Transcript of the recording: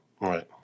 Right